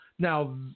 Now